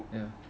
ya